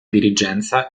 dirigenza